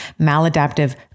maladaptive